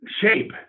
shape